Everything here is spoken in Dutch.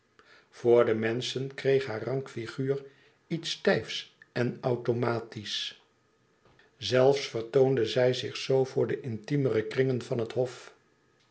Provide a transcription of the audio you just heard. voor de menschen kreeg haar rank figuur iets stijfs en automatisch zelfs vertoonde zij zich zoo voor de intimere kringen van het hof